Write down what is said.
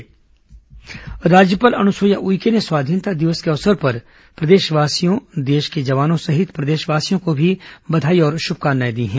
राज्यपाल शुभकामनाएं राज्यपाल अनुसुईया उइके ने स्वाधीनता दिवस के अवसर पर देशवासियों सेना के जवानों सहित प्रदेशवासियों को बधाई और शुभकामनाएं दी हैं